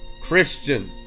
christian